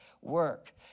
work